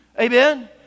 Amen